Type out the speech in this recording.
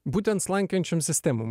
būtent slankiojančiom sistemom